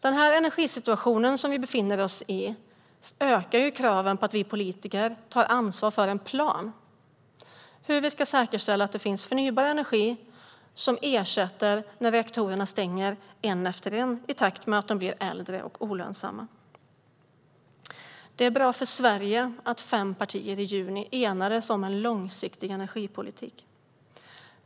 Den energisituation vi befinner oss i ökar kraven på att vi politiker tar ansvar för en plan för hur vi ska säkerställa att det finns förnybar energi som ersätter de reaktorer som stängs en efter en i takt med att de blir äldre och olönsamma. Det är bra för Sverige att fem partier i juni enades om en långsiktig energipolitik.